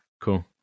cool